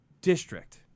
district